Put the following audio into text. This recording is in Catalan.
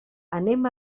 anem